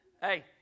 Hey